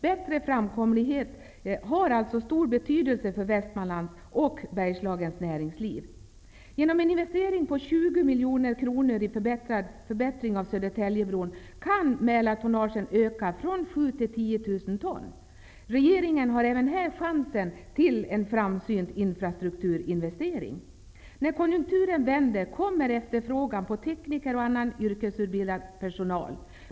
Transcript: Bättre framkomlighet har stor betydelse för Västmanlands och Bergslagens näringsliv. Genom en investering på 20 miljoner kronor i förbättring av Södertäljebron kan Mälartonnaget öka från 7 000 ton till 10 000 ton. Regeringen har även här chansen till en framsynt infrastrukturinvestering. När konjunkturen vänder kommer efterfrågan på tekniker och annan yrkesutbildad personal att öka.